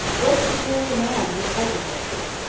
what a superior man your cousin must be!